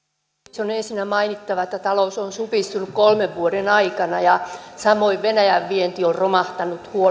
se on ensinnä mainittava että talous on supistunut kolmen vuoden aikana ja samoin venäjän vienti on romahtanut